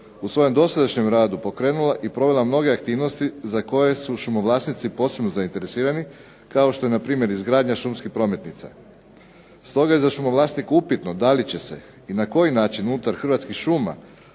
u svojem dosadašnjem radu pokrenula i provela mnoge aktivnosti za koje su šumo vlasnici posebno zainteresirani kao što je na primjer izgradnja šumskih prometnica. Stoga je za šumo vlasnika upitno da li će se i na koji način unutar Hrvatskih šuma